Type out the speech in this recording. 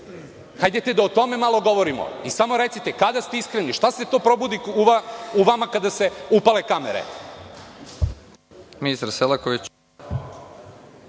Hajde da o tome malo govorimo. I samo recite, kada ste iskreni, šta se to probudi u vama kada se upale kamere?